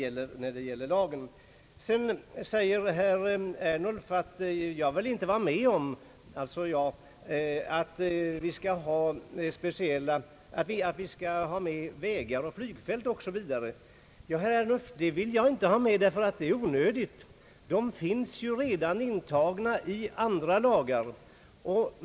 Herr Ernulf säger vidare att jag inte vill vara med om att vägar och flygfält bör tas med i detta sammanhang. Ja, herr Ernulf, det vill jag inte av det skälet att de redan omfattas av andra lagar.